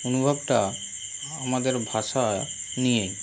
অনুভবটা আমাদের ভাষা নিয়েই